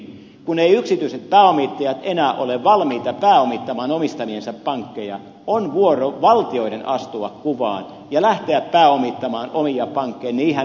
kun eivät yksityiset pääomittajat enää ole valmiita pääomittamaan omistamiansa pankkeja on vuoro valtioiden astua kuvaan ja lähteä pääomittamaan omia pankkejaan